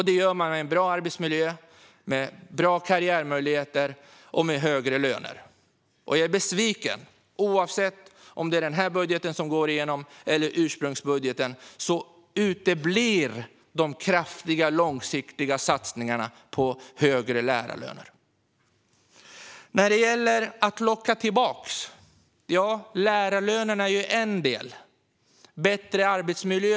Det gör man med en bra arbetsmiljö, med bra karriärmöjligheter och med högre löner. Jag är besviken. Oavsett om det är denna budget eller ursprungsbudgeten som går igenom uteblir de kraftiga och långsiktiga satsningarna på högre lärarlöner. När det gäller att locka tillbaka lärare är lärarlönerna en del. Väldigt många säger att det handlar om bättre arbetsmiljö.